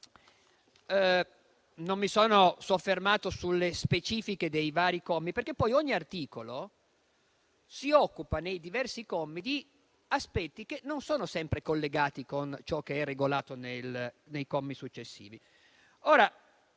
Non mi sono soffermato sulle specifiche dei vari commi, perché poi ogni articolo si occupa, nei diversi commi, di aspetti che non sempre sono collegati a ciò che è regolato nei commi successivi.